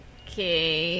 okay